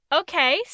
okay